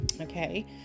Okay